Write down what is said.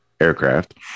aircraft